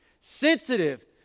Sensitive